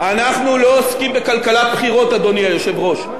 אנחנו לא עוסקים בכלכלת בחירות, אדוני היושב-ראש.